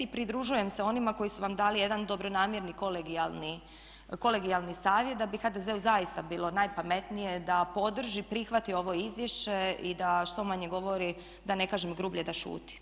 I pridružujem se onima koji su vam dali jedan dobronamjerni kolegijalni savjet da bi HDZ-u zaista bilo najpametnije da podrži, prihvati ovo izvješće i da što manje govori da ne kažem grublje da šuti.